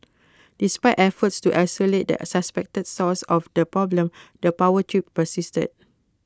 despite efforts to isolate the suspected source of the problem the power trips persisted